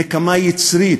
נקמה יצרית,